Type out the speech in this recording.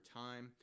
time